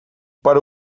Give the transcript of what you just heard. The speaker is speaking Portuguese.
para